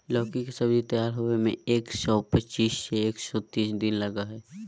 लौकी के सब्जी तैयार होबे में एक सौ पचीस से एक सौ तीस दिन लगा हइ